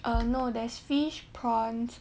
err no there's fish prawns